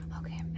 Okay